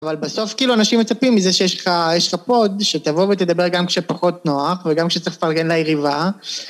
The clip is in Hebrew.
אבל בסוף כאילו אנשים מצפים מזה שיש לך פוד שתבוא ותדבר גם כשפחות נוח וגם כשצריך לפרגן ליריבה